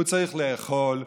הוא צריך לאכול,